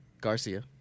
Garcia